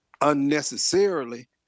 unnecessarily